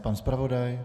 Pan zpravodaj?